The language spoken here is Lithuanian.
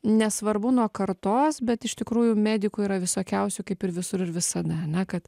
nesvarbu nuo kartos bet iš tikrųjų medikų yra visokiausių kaip ir visur ir visada na kad